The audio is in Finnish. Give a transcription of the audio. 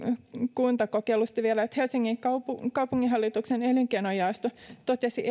kuntakokeilusta vielä helsingin kaupunginhallituksen elinkeinojaosto totesi